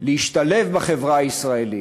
להשתלב בחברה הישראלית.